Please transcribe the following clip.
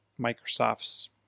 Microsoft's